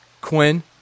Quinn